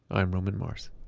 i'm roman mars.